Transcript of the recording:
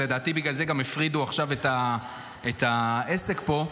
לדעתי בגלל זה הפרידו את העסק פה.